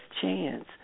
chance